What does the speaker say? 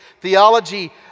Theology